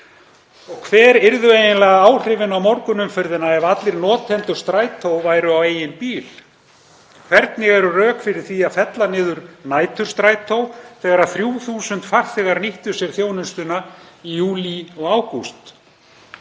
Hver yrðu eiginlega áhrifin á morgunumferðina ef allir notendur strætó væru á eigin bíl? Hver eru rök fyrir því að fella niður næturstrætó þegar 3.000 farþegar nýttu sér þjónustuna í júlí og ágúst?